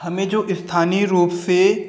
हमें जो स्थानीय रूप से